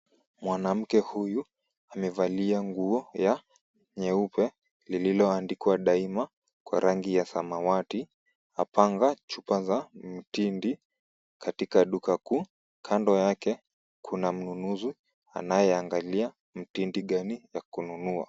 Mwanamke huyu amevalia nguo ya nyeupe lililoandikwa Daima kwa rangi ya samawati. Anapanga chupa za mtindi katika duka kuu. Kando yake kuna mnunuzi anayeangalia mtindi gani ya kununua.